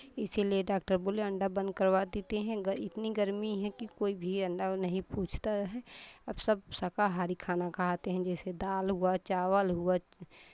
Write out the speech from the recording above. इसीलिए डाक्टर बोले अंडा बंद करवा देते हैं इतनी गर्मी है कि कोई भी अंडा वो नहीं पूछता है अब सब शाकाहारी खाना खाते हैं जैसे दाल हुआ चावल हुआ